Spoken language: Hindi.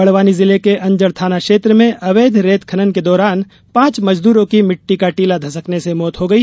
बड़वानी जिले के अंजड़ थाना क्षेत्र में अवैध रेत खनन के दौरान पांच मजदूरों की मिट्टी का टीला धंसकने से मौत हो गई